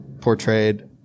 portrayed